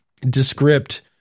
descript